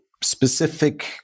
specific